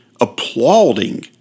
applauding